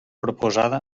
proposada